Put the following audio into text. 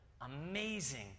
amazing